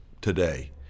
today